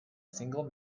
single